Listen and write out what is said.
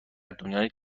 دنیای